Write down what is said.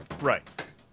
Right